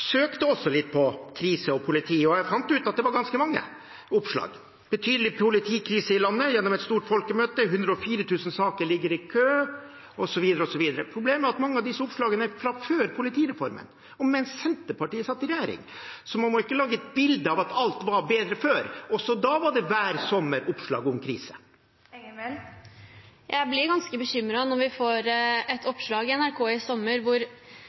søkte også litt på «krise» og «politi», og jeg fant ut at det var ganske mange oppslag – betydelig politikrise i landet gjennom et stort folkemøte, 104 000 saker ligger i kø, osv. Problemet er at mange av disse oppslagene er fra før politireformen og mens Senterpartiet satt i regjering. Så man må ikke lage et bilde av at alt var bedre før. Også da var det hver sommer oppslag om krise. Jeg blir ganske bekymret når vi får et oppslag i NRK i sommer